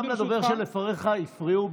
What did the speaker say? גם לדובר שלפניך הפריעו.